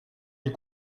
les